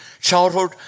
childhood